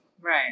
Right